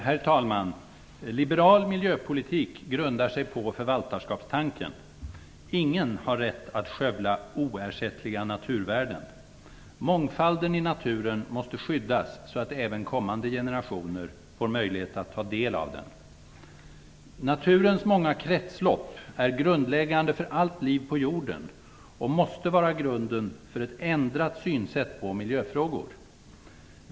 Herr talman! Liberal miljöpolitik grundar sig på förvaltarskapstanken. Ingen har rätt att skövla oersättliga naturvärden. Mångfalden i naturen måste skyddas, så att även kommande generationer får ta del av den. Naturens många kretslopp är grundläggande för allt liv på jorden och måste vara grunden för ett ändrat synsätt på miljöfrågor.